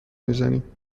میزنیم